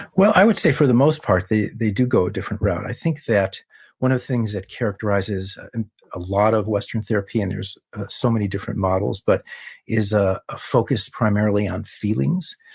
well, i would say for the most part, they do go a different route. i think that one of the things that characterizes and a lot of western therapy, and there's so many different models, but is ah a focus, primarily, on feelings.